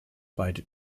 beide